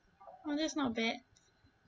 oh that's not bad